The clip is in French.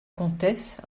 comtesse